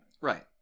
Right